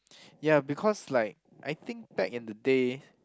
ya because like I think back in the day